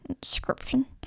Description